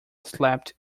slapped